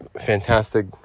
fantastic